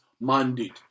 mandate